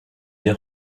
leur